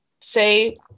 say